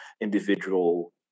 individual